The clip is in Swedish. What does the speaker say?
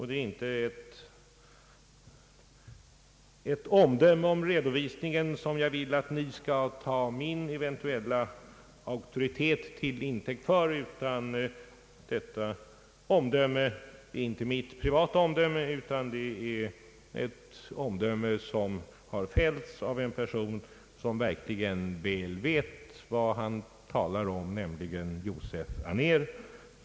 Det är inte ett omdöme om redovisningen som jag vill att ni skall ta min eventuella auktoritet till intäkt för, ty detta omdöme är inte mitt privata, utan det har fällts av en person som verkligen väl vet vad han talar om, nämligen Josef Anér.